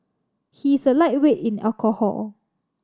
he is a lightweight in alcohol